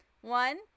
One